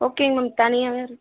ஓகேங்க மேம் தனியாகவே ஒரு